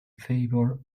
favour